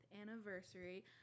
anniversary